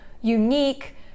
unique